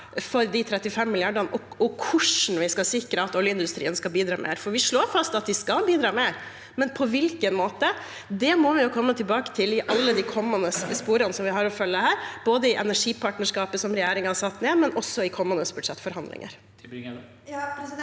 for de 35 milliardene, og hvordan vi skal sikre at oljeindustrien skal bidra mer. Vi slår fast at de skal bidra mer, men på hvilken måte? Det må vi komme tilbake til i alle de kommende sporene vi har å følge her, både i energipartnerskapet regjeringen har satt ned, og i kommende budsjettforhandlinger.